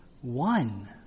one